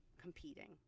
competing